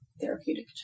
therapeutic